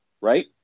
right